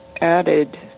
added